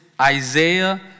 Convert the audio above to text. Isaiah